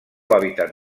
hàbitat